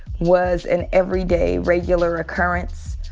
was an every day regular occurrence.